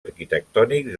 arquitectònics